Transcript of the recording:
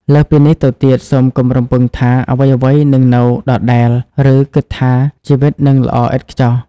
លើសពីនេះទៅទៀត សូមកុំរំពឹងថាអ្វីៗនឹងនៅដដែល ឬគិតថាជីវិតនឹងល្អឥតខ្ចោះ។